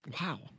Wow